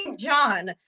and john,